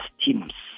teams